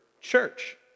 church